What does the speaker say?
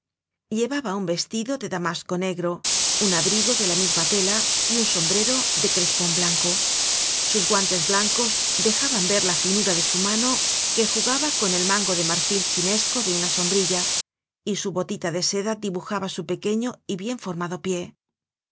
llevaba un vestido de damasco negro un abrigo de la misma lela y un sombrero de crespon blanco sus guantes blancos dejaban ver la finura de su mano que jugaba con el mango de marfil chinesco de una sombrilla y su botita de seda dibujaba su pequeño y bien formado pie